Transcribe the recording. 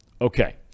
Okay